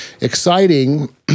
exciting